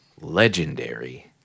legendary